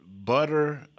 Butter